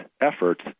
efforts